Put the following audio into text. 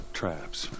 traps